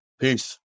Peace